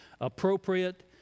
Appropriate